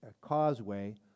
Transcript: causeway